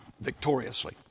victoriously